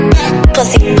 Pussy